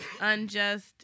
unjust